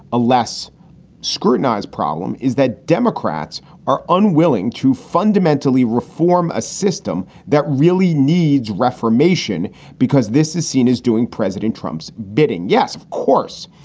a less scrutinized problem, is that democrats are unwilling to fundamentally reform a system that really needs reformation because this is seen as doing president trump's bidding. yes, of course,